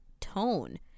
tone